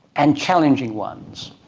and challenging ones.